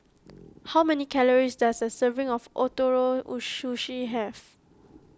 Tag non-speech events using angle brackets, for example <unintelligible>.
how many calories does a serving of Ootoro <unintelligible> Sushi have